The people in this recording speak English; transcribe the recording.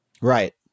Right